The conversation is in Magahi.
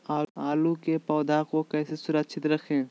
आलू के पौधा को कैसे सुरक्षित रखें?